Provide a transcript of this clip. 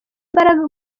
imbaraga